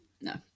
no